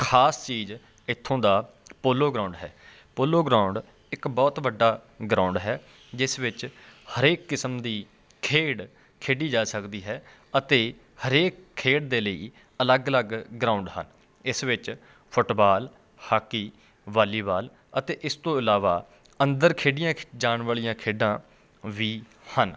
ਖ਼ਾਸ ਚੀਜ਼ ਇੱਥੋਂ ਦਾ ਪੋਲੋ ਗਰਾਊਂਡ ਹੈ ਪੋਲੋ ਗਰਾਊਂਡ ਇੱਕ ਬਹੁਤ ਵੱਡਾ ਗਰਾਊਂਡ ਹੈ ਜਿਸ ਵਿੱਚ ਹਰੇਕ ਕਿਸਮ ਦੀ ਖੇਡ ਖੇਡੀ ਜਾ ਸਕਦੀ ਹੈ ਅਤੇ ਹਰੇਕ ਖੇਡ ਦੇ ਲਈ ਅਲੱਗ ਅਲੱਗ ਗਰਾਊਂਡ ਹਨ ਇਸ ਵਿੱਚ ਫੁੱਟਵਾਲ ਹਾਕੀ ਵਾਲੀਵਾਲ ਅਤੇ ਇਸ ਤੋਂ ਇਲਾਵਾ ਅੰਦਰ ਖੇਡੀਆਂ ਜਾਣ ਵਾਲੀਆਂ ਖੇਡਾਂ ਵੀ ਹਨ